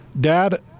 Dad